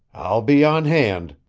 i'll be on hand,